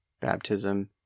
baptism